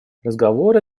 разговоры